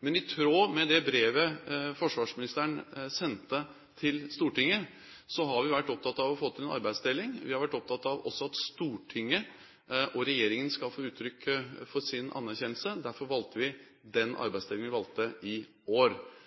Men i tråd med det brevet som forsvarsministeren sendte til Stortinget, har vi vært opptatt av å få til en arbeidsdeling, vi har vært opptatt av at også Stortinget og regjeringen skal få gi uttrykk for sin anerkjennelse, og derfor valgte vi den arbeidsdelingen vi gjorde i år.